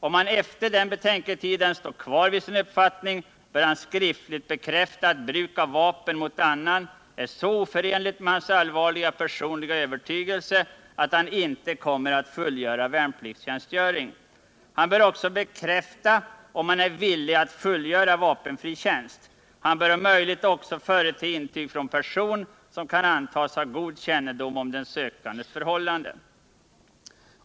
Om han efter betänketiden står kvar vid sin uppfattning, bör han skriftligen bekräfta att bruk av vapen mot annan är så oförenligt med hans allvarliga personliga övertygelse, att han inte kommer att fullgöra värnpliktstjänstgöring. Han bör också bekräfta, om han är villig att fullgöra värnpliktstjänstgöring. Han bör också bekräfta, om han är villig att fullgöra vapenfri tjänst. Han bör om möjligt också förete intyg från person, som kan antas ha god kännedom om den sökandes förhållanden.